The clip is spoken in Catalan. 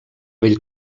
vell